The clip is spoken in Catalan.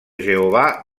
jehovà